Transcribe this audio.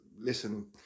listen